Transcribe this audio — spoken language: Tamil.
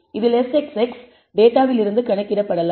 இதில் Sxx டேட்டாவிலிருந்து கணக்கிடப்படலாம்